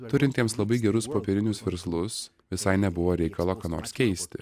turintiems labai gerus popierinius verslus visai nebuvo reikalo ką nors keisti